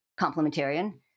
complementarian